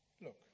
Look